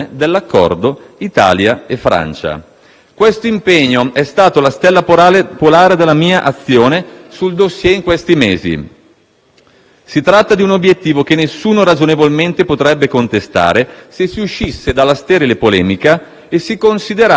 Questo impegno è stato la stella polare della mia azione sul *dossier* negli ultimi mesi. Si tratta di un obiettivo che nessuno ragionevolmente potrebbe contestare se si uscisse dalla sterile polemica e si considerasse anche solo la sproporzione